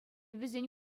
вӗсен